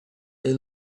they